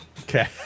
Okay